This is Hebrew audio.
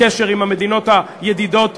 הקשר עם המדינות הידידות נמשך,